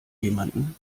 jemanden